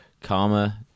karma